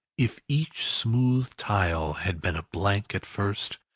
if each smooth tile had been a blank at first,